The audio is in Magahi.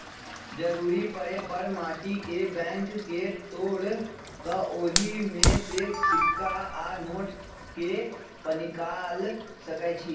जरूरी परे पर माटी के बैंक के तोड़ कऽ ओहि में से सिक्का आ नोट के पनिकाल सकै छी